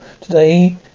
Today